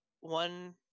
one